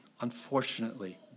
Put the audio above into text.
unfortunately